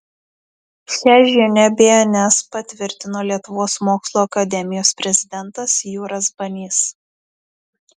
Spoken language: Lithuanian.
šią žinią bns patvirtino lietuvos mokslų akademijos prezidentas jūras banys